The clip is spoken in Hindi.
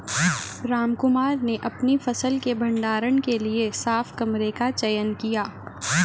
रामकुमार ने अपनी फसल के भंडारण के लिए साफ कमरे का चयन किया